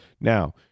Now